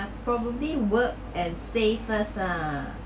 must probably work and saved first ah